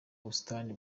ubusitani